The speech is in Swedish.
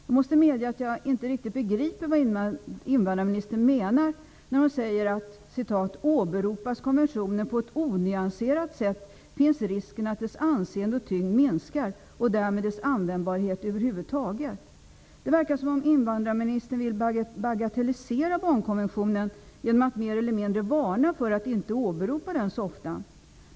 Jag måste medge att jag inte riktigt begriper vad invandrarministern menar när hon säger: ''Åberopas konventionen på ett onyanserat sätt finns risken att dess anseende och tyngd minskar, och därmed dess användbarhet överhuvudtaget.'' Det verkar som om invandrarministern vill bagatellisera barnkonventionen genom att mer eller mindre varna för att inte åberopa den så ofta.